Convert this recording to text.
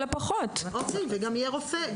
ויהיה גם רופא.